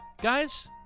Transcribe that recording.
guys